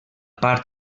part